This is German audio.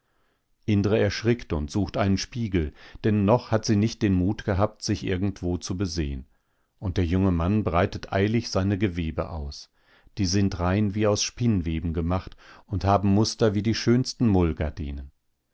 indre erschrickt und sucht einen spiegel denn noch hat sie nicht den mut gehabt sich irgendwo zu besehen und der junge mann breitet eilig seine gewebe aus die sind rein wie aus spinnweben gemacht und haben muster wie die schönsten